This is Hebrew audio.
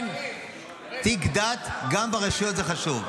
כן, תיק דת, גם ברשויות זה חשוב.